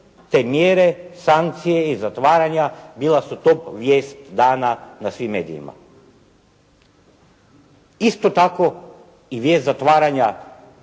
te mjere, sankcije i zatvaranja bila su top vijest dana na svim medijima. Isto tako i vijest zatvaranja